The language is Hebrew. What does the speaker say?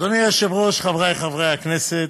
אדוני היושב-ראש, חברי חברי הכנסת,